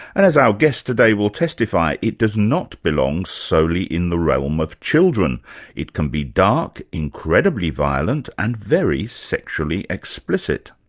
and as our guest today will testify, it does not belong solely in the realm of children it can be dark, incredibly violent, and very sexually explicit.